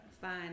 fine